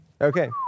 Okay